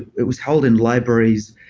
it was holed in libraries.